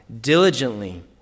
diligently